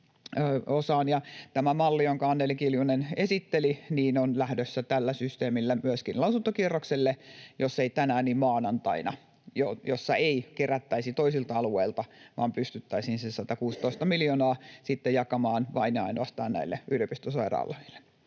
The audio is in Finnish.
Tämä malli, jonka Anneli Kiljunen esitteli, on lähdössä tällä systeemillä myöskin lausuntokierrokselle, jos ei tänään, niin maanantaina, ja siinä ei kerättäisi toisilta alueilta vaan pystyttäisiin se 116 miljoonaa jakamaan vain ja ainoastaan näille yliopistosairaaloiden